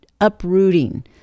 uprooting